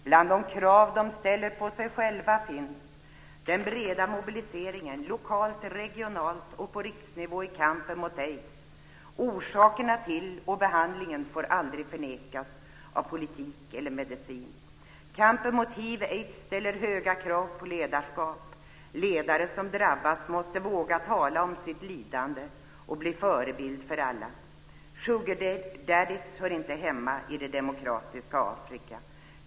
Bland de krav de ställer på sig själva finns: En bred mobilisering, både lokalt, regionalt och på riksnivå i kampen mot aids. Orsakerna till och behandlingen av hiv aids ställer höga krav på ledarskap. Ledare som drabbas måste våga tala om sitt lidande och bli förebilder för andra. Sugardadies hör inte hemma i det demokratiska Afrika.